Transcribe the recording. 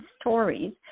stories